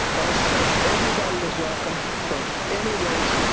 as such, everybody is welcome from any race,